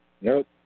Nope